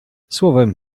słowem